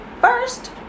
First